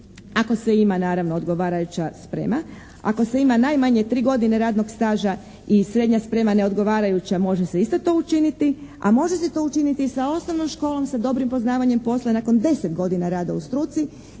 ako se ima naravno odgovarajuća sprema. Ako se ima najmanje 3 godine radnog staža i srednja sprema neodgovarajuća može se isto to učiniti, a može se to učiniti i sa osnovnom školom, sa dobrim poznavanjem posla nakon 10 godina rada u struci.